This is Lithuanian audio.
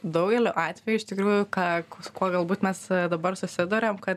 daugeliu atvejų iš tikrųjų ką su kuo galbūt mes dabar susiduriam kad